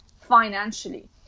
financially